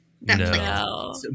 No